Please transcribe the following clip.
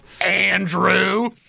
Andrew